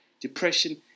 depression